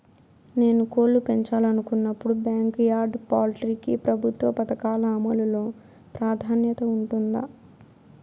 నేను కోళ్ళు పెంచాలనుకున్నపుడు, బ్యాంకు యార్డ్ పౌల్ట్రీ కి ప్రభుత్వ పథకాల అమలు లో ప్రాధాన్యత ఉంటుందా?